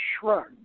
Shrugged